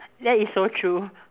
that is so true